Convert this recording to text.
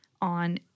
on